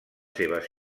seves